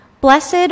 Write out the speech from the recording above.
Blessed